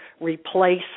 replace